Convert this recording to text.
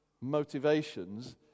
motivations